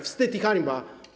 Wstyd i hańba!